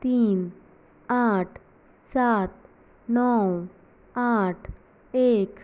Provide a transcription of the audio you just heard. तीन आठ सात णव आठ एक